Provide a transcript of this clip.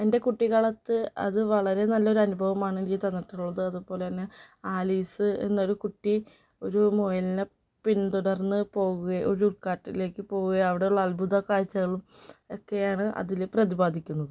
എൻ്റെ കുട്ടിക്കാലത്ത് അത് വളരെ നല്ലൊരനുഭവമാണ് എനിക്ക് തന്നിട്ടുള്ളത് അതുപോലെതന്നെ ആലീസ് എന്നൊരു കുട്ടി ഒരു മുയലിനെ പിന്തുടർന്ന് പോകവെ ഒരു കാട്ടിലേക്ക് പോവുകയും അവിടുള്ള അത്ഭുത കാഴ്ച്ചകളും ഒക്കെയാണ് അതില് പ്രതിപാദിക്കുന്നത്